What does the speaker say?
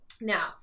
Now